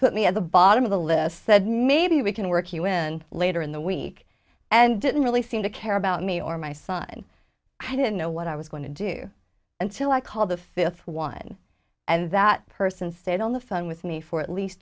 put me at the bottom of the list said maybe we can work you in later in the week and didn't really seem to care about me or my son i didn't know what i was going to do until i called the fifth one and that person stayed on the phone with me for at least